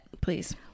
please